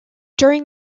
during